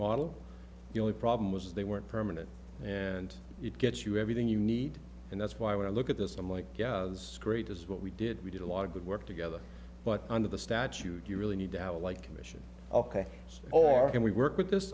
model the only problem was they weren't permanent and it gets you everything you need and that's why when i look at this i'm like great as what we did we did a lot of good work together but under the statute you really need to have a like commission ok or can we work with this